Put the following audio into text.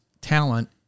talent